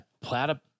platypus